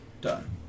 Done